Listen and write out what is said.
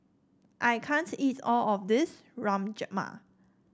I can't eat all of this Rajma